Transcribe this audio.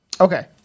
Okay